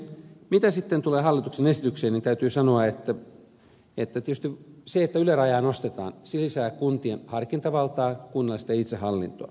mitä sitten tulee hallituksen esitykseen niin täytyy sanoa että tietysti se että ylärajaa nostetaan lisää kuntien harkintavaltaa kunnallista itsehallintoa